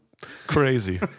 crazy